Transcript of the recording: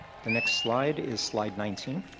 the next slide is slide nineteen.